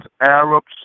Arabs